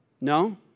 No